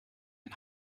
den